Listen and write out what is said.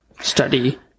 study